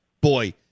boy